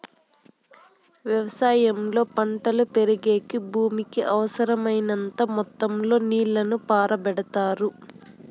వ్యవసాయంలో పంటలు పెరిగేకి భూమికి అవసరమైనంత మొత్తం లో నీళ్ళను పారబెడతారు